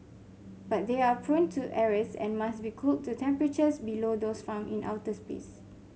but they are prone to errors and must be cooled to temperatures below those found in outer space